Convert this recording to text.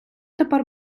тепер